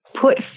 put